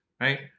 Right